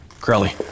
Crowley